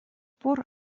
пор